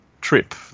trip